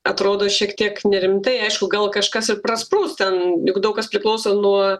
atrodo šiek tiek nerimtai aišku gal kažkas ir prasprūs ten juk daug kas priklauso nuo